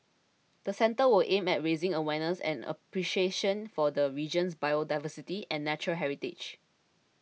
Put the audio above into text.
the centre will aim at raising awareness and appreciation for the region's biodiversity and natural heritage